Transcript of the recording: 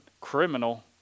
criminal